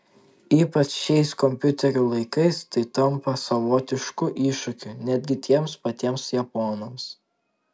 ypač šiais kompiuterių laikais tai tampa savotišku iššūkiu netgi tiems patiems japonams